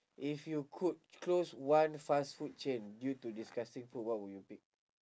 if you could close one fast food chain due to disgusting food what will you pick